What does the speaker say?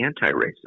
anti-racist